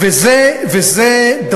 ההבדל בין חַצי לחֵצי, הוא